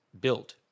built